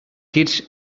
kids